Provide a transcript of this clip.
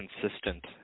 consistent